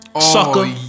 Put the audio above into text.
Sucker